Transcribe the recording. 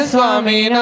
Swami